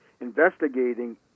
investigating